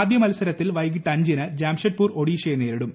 ആദ്യ മത്സരത്തിൽ വൈകിട്ട് അഞ്ചിന് ജംഷഡ്പൂർ ഒഡിഷയെ നേരിടും